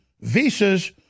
visas